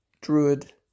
druid